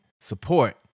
support